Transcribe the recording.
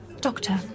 Doctor